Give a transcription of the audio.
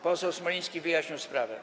Poseł Smoliński wyjaśnił sprawę.